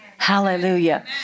Hallelujah